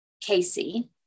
Casey